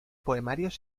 poemarios